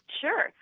Sure